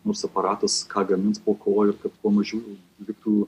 mums aparatas ką gamins po ko ir kad kuo mažiau liktų